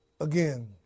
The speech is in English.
again